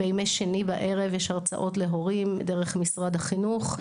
בימי שני בערב יש הרצאות להורים דרך משרד החינוך.